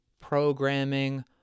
programming